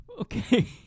Okay